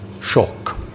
shock